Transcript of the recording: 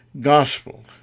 gospel